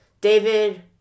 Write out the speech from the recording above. David